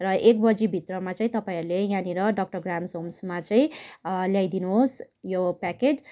र एक बजी भित्रमा चाहिँ तपाईँहरूले यहाँनिर डक्टर ग्राहम्स होम्समा चाहिँ ल्याइदिनुहोस् यो प्याकेट